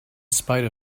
spite